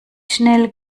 schnell